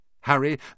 Harry